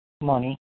money